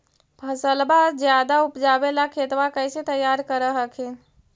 फसलबा ज्यादा उपजाबे ला खेतबा कैसे तैयार कर हखिन?